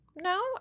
No